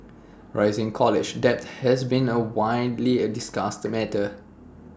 rising college debt has been A widely A discussed matter